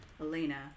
elena